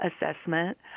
assessment